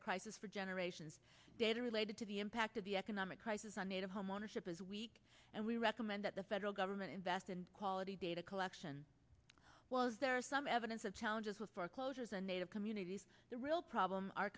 a crisis for generations data related to the impact of the economic crisis on native homeownership is weak and we recommend that the federal government invest in quality data collection was there some evidence of challenges with foreclosures and native communities the real problem our